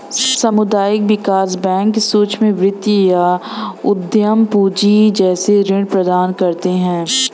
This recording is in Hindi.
सामुदायिक विकास बैंक सूक्ष्म वित्त या उद्धम पूँजी जैसे ऋण प्रदान करते है